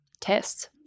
tests